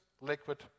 liquid